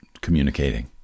communicating